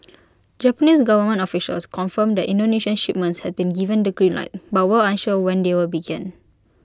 Japanese government officials confirmed that Indonesian shipments had been given the green light but were unsure when they would begin